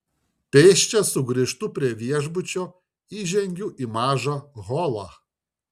pėsčias sugrįžtu prie viešbučio įžengiu į mažą holą